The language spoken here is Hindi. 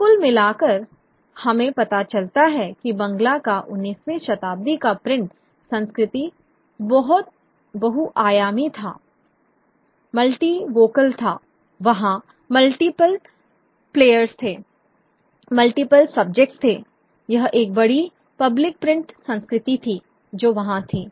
तो कुल मिलाकर हमें पता चलता है कि बंगला का 19वीं शताब्दी का प्रिंट संस्कृति बहुआयामी था मल्टी वोकल था वहाँ मल्टीपल प्लेयर्स थे मल्टीप्ल सब्जेक्ट्स थे यह एक बड़ी पब्लिक प्रिंट संस्कृति थी जो वहाँ थी